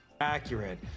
accurate